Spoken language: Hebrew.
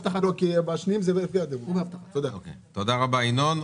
תודה רבה, ינון.